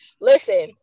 Listen